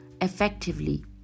effectively